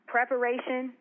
Preparation